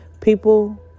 People